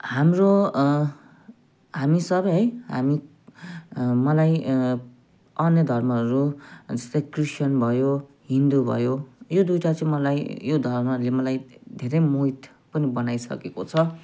हाम्रो हामी सबै है हामी मलाई अन्य धर्महरू जस्तै क्रिस्चियन भयो हिन्दू भयो यो दुईवटा चाहिँ मलाई यो धर्मले मलाई धेरै मोहित पनि बनाइसकेको छ